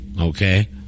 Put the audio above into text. okay